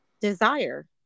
desire